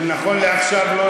כולם נמצאים פה,